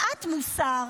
מעט מוסר,